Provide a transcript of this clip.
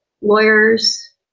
lawyers